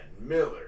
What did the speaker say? Miller